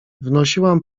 wnosiłam